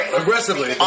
aggressively